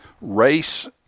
race